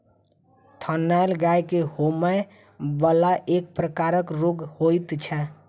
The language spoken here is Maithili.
थनैल गाय के होमय बला एक प्रकारक रोग होइत छै